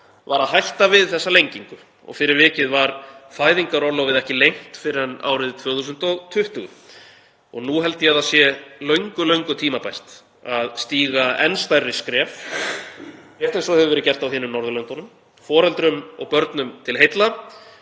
var að hætta við þessa lengingu. Fyrir vikið var fæðingarorlofið ekki lengt fyrr en árið 2020. Nú held ég að það sé löngu tímabært að stíga enn stærri skref, rétt eins og hefur verið gert á hinum Norðurlöndunum, foreldrum og börnum til heilla.